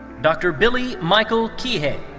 dr. billy michael kihei.